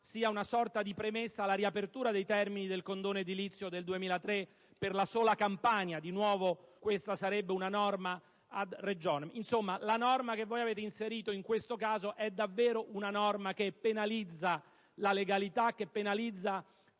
sia una sorta di premessa alla riapertura dei termini del condono edilizio del 2003 per la sola Campania. Ci troviamo nuovamente di fronte ad una norma *ad regionem*. Insomma, quella che voi avete inserito in questo caso è davvero una norma che penalizza la legalità, la qualità